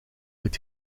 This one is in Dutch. uit